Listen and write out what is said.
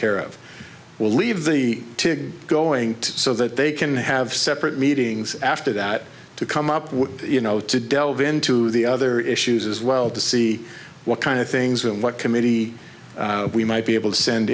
care of will leave the going so that they can have separate meetings after that to come up with you know to delve into the other issues as well to see what kind of things when what committee we might be able to send